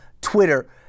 Twitter